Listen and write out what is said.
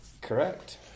Correct